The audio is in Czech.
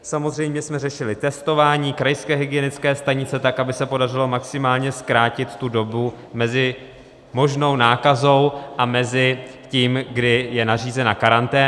Samozřejmě jsme řešili testování krajské hygienické stanice tak, aby se podařilo maximálně zkrátit tu dobu mezi možnou nákazou a tím, kdy je nařízena karanténa.